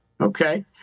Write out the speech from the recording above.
Okay